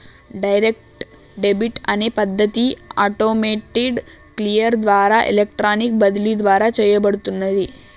direct debit అనే పద్ధతి automated clear ద్వారా ఎలక్ట్రానిక్ బదిలీ ద్వారా చేయబడుతున్నాది